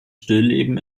stillleben